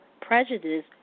prejudice